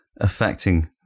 affecting